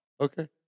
Okay